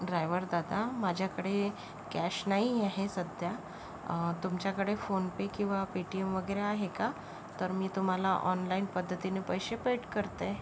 driver दादा माझ्याकडे cash नाही आहे सध्या तुमच्याकडे फोन पे किंवा पे टी एम वगैरे आहे का तर मी तुम्हाला ऑनलाईन पद्धतीने पैसे पेट करते